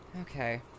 Okay